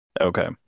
Okay